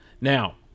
Now